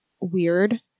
weird